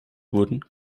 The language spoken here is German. wurden